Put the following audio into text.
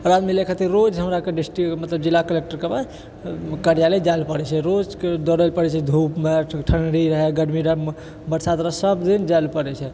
ओकरा मिलैके खातिर रोज हमराके डिस्ट्रिक्ट मतलब जिला कलक्टरके पास कार्यालय जाइ लै पाड़ै छै रोजके दौड़ै पड़ै छै धूपमे ठण्डी रहै गरमी रहै बरसात रहै सब दिन जाइ लै पड़ै छै